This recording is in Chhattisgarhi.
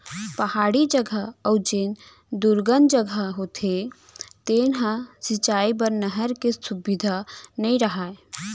पहाड़ी जघा अउ जेन दुरगन जघा होथे तेन ह सिंचई बर नहर के सुबिधा नइ रहय